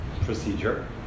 procedure